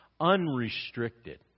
Unrestricted